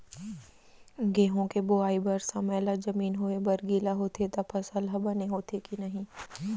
गेहूँ के बोआई बर समय ला जमीन होये बर गिला होथे त फसल ह बने होथे की नही?